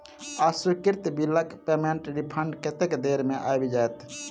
अस्वीकृत बिलक पेमेन्टक रिफन्ड कतेक देर मे आबि जाइत?